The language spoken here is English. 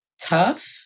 tough